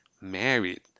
married